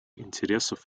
интересов